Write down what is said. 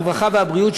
הרווחה והבריאות,